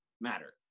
matter